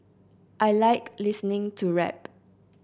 I like listening to rap